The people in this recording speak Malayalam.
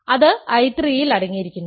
അത് I3 ൽ അടങ്ങിയിരിക്കുന്നു